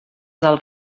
del